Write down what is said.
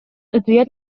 утуйар